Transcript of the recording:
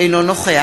אינו נוכח